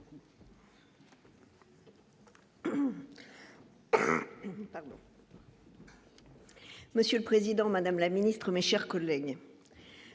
Monsieur le Président, Madame la Ministre, mes chers collègues,